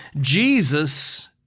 Jesus